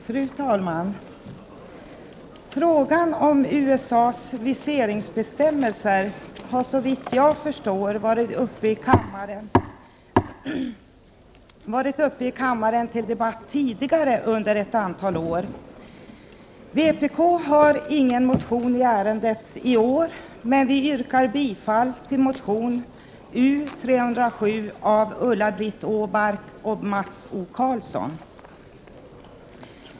Fru talman! Frågan om USA:s viseringsbestämmelser har, så vitt jag förstår, varit uppe i kammaren till debatt tidigare ett antal år. Vpk har i år ingen motion i ärendet, men vi yrkar bifall till motion U307 av Ulla-Britt Åbark och Mats O Karlsson.